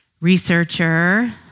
researcher